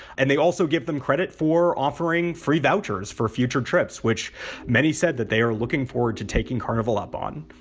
and they also give them credit for offering free vouchers for future trips, which many said that they are looking forward to taking carnival up on